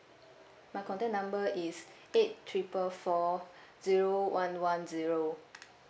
my contact number is eight triple four zero one one zero